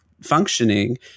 functioning